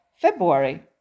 February